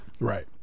Right